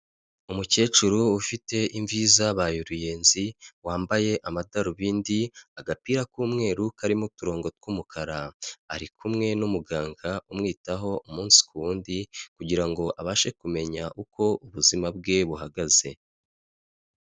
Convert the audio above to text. Umukecuru ufite imvi zabaye uruyenzi, wambaye amadarubindi, agapira k'umweru karimo uturongo tw'umukara, ari kumwe n'umuganga umwitaho umunsi ku wundi kugira ngo abashe kumenya uko ubuzima bwe buhagaze.